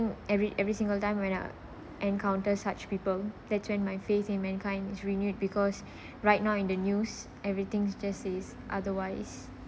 every every single time when I encounter such people that's when my faith in mankind is renewed because right now in the news everything just says otherwise